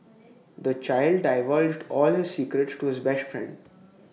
the child divulged all his secrets to his best friend